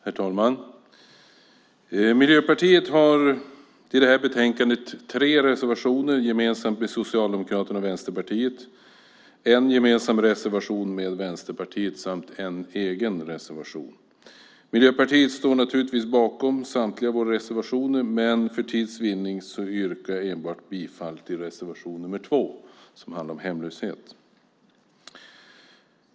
Herr talman! Miljöpartiet har till detta betänkande tre reservationer gemensamt med Socialdemokraterna och Vänsterpartiet, en gemensam reservation med Vänsterpartiet samt en egen reservation. Miljöpartiet står naturligtvis bakom samtliga av sina reservationer, men för tids vinnande yrkar jag bifall enbart till reservation nr 2, som handlar om hemlöshet.